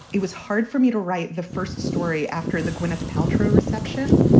it was hard for me to write the first story after the gwyneth paltrow reception.